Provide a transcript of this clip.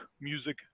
music